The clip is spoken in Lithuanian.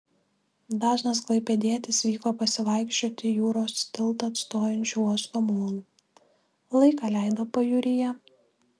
dažnas klaipėdietis vyko pasivaikščioti jūros tiltą atstojančiu uosto molu laiką leido pajūryje